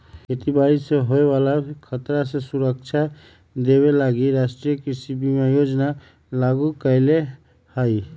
खेती बाड़ी से होय बला खतरा से सुरक्षा देबे लागी राष्ट्रीय कृषि बीमा योजना लागू कएले हइ